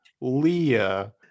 Leah